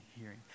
hearing